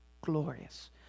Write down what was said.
glorious